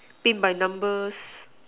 paint by numbers